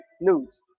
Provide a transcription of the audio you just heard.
news